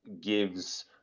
gives